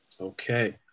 okay